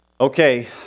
Okay